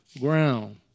ground